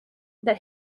that